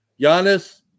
Giannis